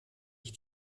ich